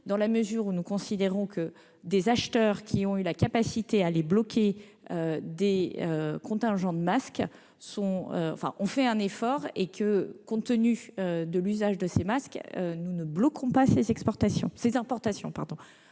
; en effet, nous considérons que des acheteurs qui ont eu la capacité de bloquer des contingents de masques ont fait un effort et, compte tenu de l'usage de ces masques, nous ne bloquerons pas ces importations.